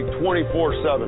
24-7